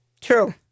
True